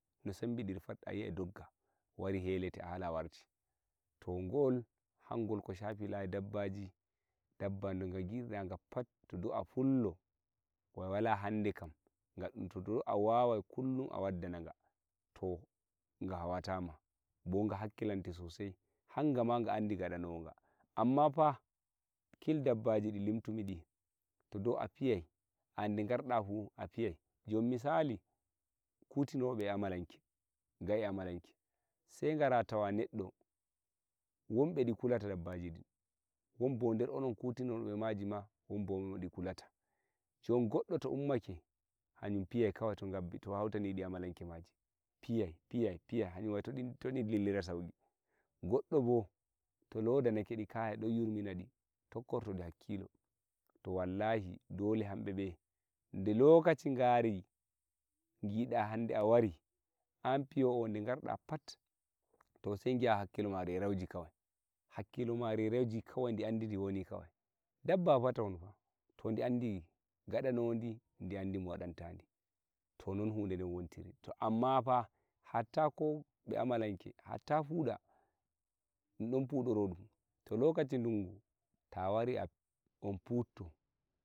no sembiɗiri fu a yi'ai e dogga wari helete hala a warti to go'ol hangol ko shafi hala dabbaji dabba no ngayirda ga pat to dou a fullo ga wala hande kam ngam to dou a wawai kullum a waddana ga to ga hawwata ma bo ga hakkilate sosai hanga ma ga andi ngaddanowo ga amma fa ko dabbaji ɗi limtu mi ɗi to dou a fiyai an de ngarda fau a biyai jon nosali kutiniroɓe e amalanke nga'i amalanke hei ngara tawa nedɗo won ɓe godɗo to ummake hayum fiyai kawai gabbi to hauta amalanke maji fiyai fiyai fiyai hanjum wai to ɗi dillira sauki goddo bo to lodake di kaya don yurmina ɗi don tokkoroɗi hakkilo to wali ayi dole hambe be de lokaci ngari gida hande a wari an piyowo ɗi ngarda pat to sei ngi'a hakkilo mari e rauji kawai hakkilo mari e rauji kawai di andi woru kawai dabba fa tan to ɗi andi ngadanowo ɗi ɗi andi mo wadanta ɗi andi mo wadanta ɗi to non hudeɗen wontiri to amma fa hatta ko be amalanke hatta fuda ɗum don fuɗoro dum ;to lokaci dungu to wari a on fuɗoto